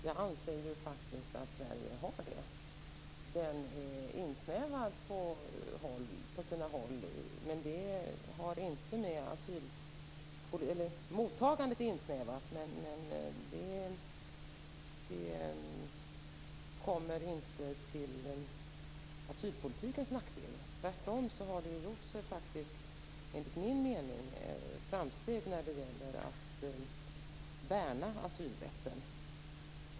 Jag anser att Sverige har det. Mottagandet är insnävat, men det är inte till asylpolitikens nackdel. Tvärtom har det enligt min mening gjorts framsteg när det gäller att värna asylrätten.